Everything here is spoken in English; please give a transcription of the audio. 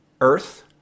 Earth